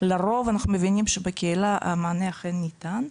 לרוב אנחנו מבינים שבקהילה המענה אכן ניתן,